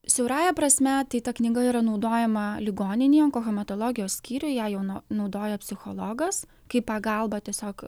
siaurąja prasme tai ta knyga yra naudojama ligoninėj onkohematologijos skyriuj ją jau nuo naudojo psichologas kai pagalba tiesiog